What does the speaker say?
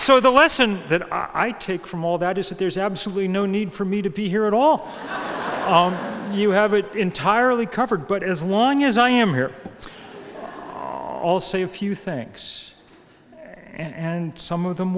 so the lesson that i take from all that is that there's absolutely no need for me to be here at all you have it entirely covered but as long as i am here all say a few thinks and some of them